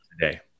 today